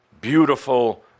beautiful